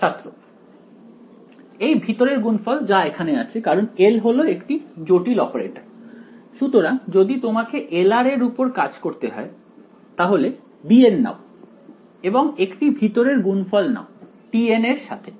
ছাত্র এই ভিতরের গুণফল যা এখানে আছে কারণ L হলো একটি জটিল অপারেটর সুতরাং যদি তোমাকে L এর উপর কাজ করতে হয় তাহলে bn নাও এবং একটি ভিতর গুণফল নাও tn এর সাথে